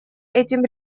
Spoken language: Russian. этим